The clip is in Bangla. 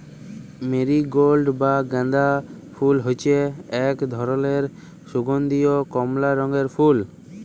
মেরিগল্ড বা গাঁদা ফুল হচ্যে এক ধরলের সুগন্ধীয় কমলা রঙের ফুল